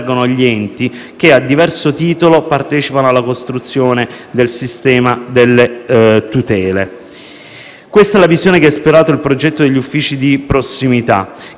che, a diverso titolo, partecipano alla costruzione del sistema delle tutele. Questa è la visione che ha ispirato il progetto degli uffici di prossimità,